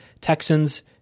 texans